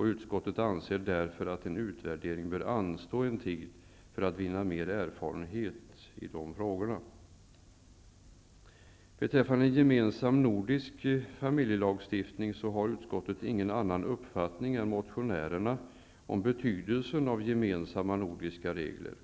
Utskottet anser därför att en utvärdering bör anstå en tid för att man skall vinna mer erfarenhet i dessa frågor. När det gäller en gemensam nordisk familjelagstiftning har utskottet ingen annan uppfattning än motionärerna om betydelsen av gemensamma nordiska regler.